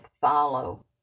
follow